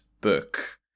book